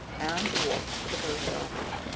anne to walk to the post office.